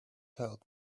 help